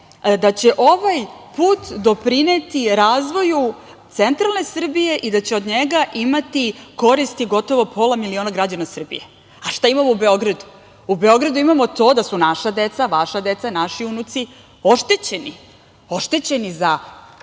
da će ovaj put doprineti razvoju centralne Srbije i da će od njega imati koristi gotovo pola miliona građana Srbije. Šta imamo u Beogradu? U Beogradu imamo to da su naša deca, vaša deca, naši unuci, oštećeni za